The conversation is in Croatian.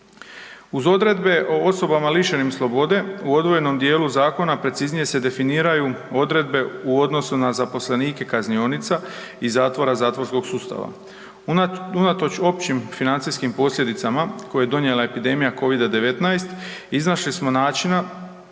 Uz odredbe o osobama lišenim slobode u odvojenom dijelu zakona preciznije se definiraju odredbe u odnosu na zaposlenike kaznionica i zatvora i zatvorskog sustava. Unatoč općim financijskim posljedicama koje je donijela epidemija Covid-19 iznašli smo načina